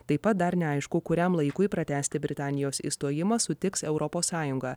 taip pat dar neaišku kuriam laikui pratęsti britanijos išstojimą sutiks europos sąjunga